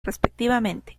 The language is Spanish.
respectivamente